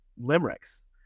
limericks